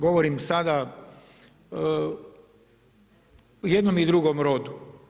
Govorim sada u jednom i drugom rodu.